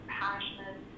passionate